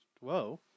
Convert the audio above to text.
whoa